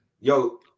yo